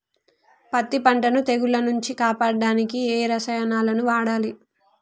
పత్తి పంటని తెగుల నుంచి కాపాడడానికి ఏ రసాయనాలను వాడాలి?